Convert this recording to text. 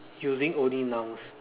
using only nouns